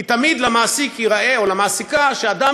כי תמיד למעסיק או למעסיקה ייראה שאדם